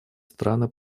страны